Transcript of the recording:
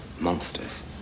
monsters